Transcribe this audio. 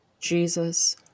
Jesus